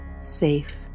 Safe